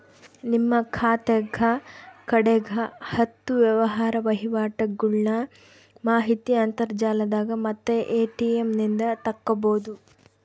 ನಿಮ್ಮ ಖಾತೆಗ ಕಡೆಗ ಹತ್ತು ವ್ಯವಹಾರ ವಹಿವಾಟುಗಳ್ನ ಮಾಹಿತಿ ಅಂತರ್ಜಾಲದಾಗ ಮತ್ತೆ ಎ.ಟಿ.ಎಂ ನಿಂದ ತಕ್ಕಬೊದು